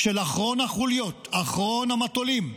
של אחרונת החוליות, אחרון המטולים,